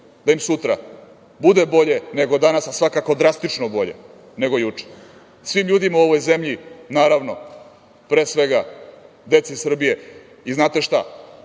da im sutra bude bolje nego danas, a svakako drastično bolje nego juče svim ljudima u ovoj zemlji, naravno, pre svega deci Srbije. Znate šta,